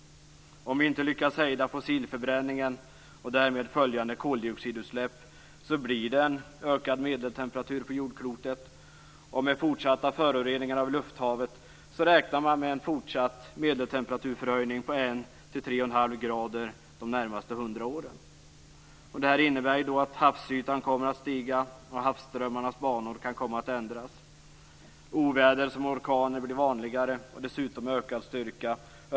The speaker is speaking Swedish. Om vi inte lyckas hejda fossilförbränningen och därmed följande koldioxidutsläpp blir det en ökad medeltemperatur på jordklotet. Med fortsatta föroreningar av lufthavet räknar man med en fortsatt medeltemperaturförhöjning på en 1-3 1⁄2 grader de närmaste hundra åren. Detta innebär att havsytan kommer att stiga och att havsströmmarnas banor kan komma att ändras. Oväder som orkaner blir vanligare, dessutom med ökad styrka.